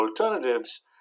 alternatives